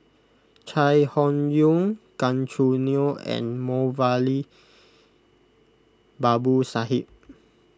Chai Hon Yoong Gan Choo Neo and Moulavi Babu Sahib